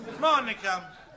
Monica